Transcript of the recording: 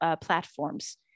platforms